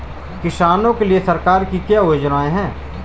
किसानों के लिए सरकार की क्या योजनाएं हैं?